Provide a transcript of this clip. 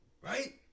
Right